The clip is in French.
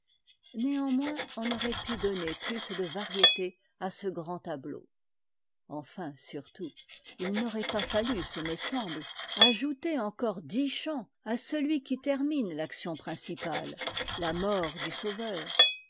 néanmoins on aurait pu donner plus de variété à ce grand tableau enfin surtout il n'aurait pas fallu ce me semble ajouter encore dix chants à celui qui termine l'action principale la mort du sauveur